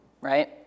Right